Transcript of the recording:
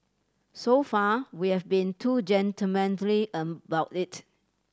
so far we've been about it